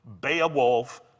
Beowulf